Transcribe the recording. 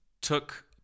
took